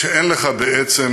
כשאין לך בעצם,